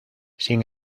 sin